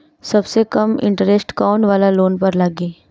सबसे कम इन्टरेस्ट कोउन वाला लोन पर लागी?